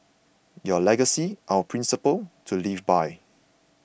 your legacy our principles to live by